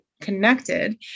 connected